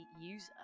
user